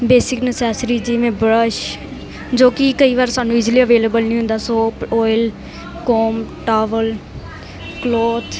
basic necessary ਜਿਵੇਂ brush ਜੋ ਕਿ ਕਈ ਵਾਰ ਸਾਨੂੰ ਇਜ਼ੀਲੀ ਅਵੇਲੇਬਲ ਨਹੀਂ ਹੁੰਦਾ soap oil comb towel cloth